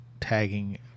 tagging